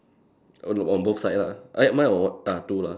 only on both sides lah eh mine got one ah two lah